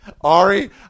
Ari